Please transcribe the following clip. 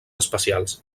espacials